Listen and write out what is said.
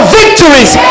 victories